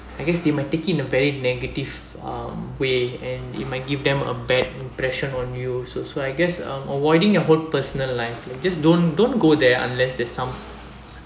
I guess they might take it in a very negative um way and it might give them a bad impression on you so so I guess um avoiding your whole personal life and just don't don't go there unless there's some